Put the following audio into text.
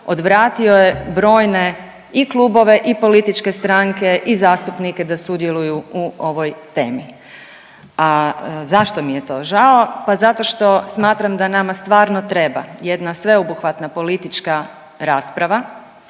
odvratio je brojne i klubove i političke stranke i zastupnike da sudjeluju u ovoj temi. A zašto mi je to žao? Pa zato što smatram da nama stvarno treba jedna sveobuhvatna politička rasprava,